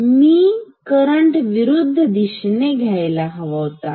मी current विरुद्ध दिशेने घ्यायला हवा होता